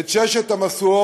את שש המשואות